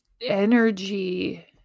energy